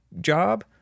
job